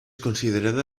considerada